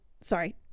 sorry